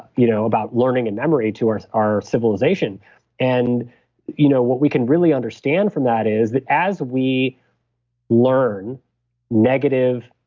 you know about learning and memory to our our civilization and you know what we can really understand from that is that as we learn negative